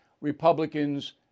Republicans